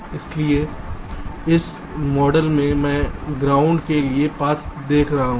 इसलिए इस मॉडल में मैं ग्राउंड के लिए पाथ देख रहा हूं